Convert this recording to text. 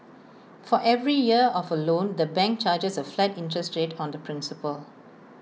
for every year of A loan the bank charges A flat interest rate on the principal